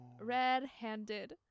red-handed